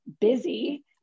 busy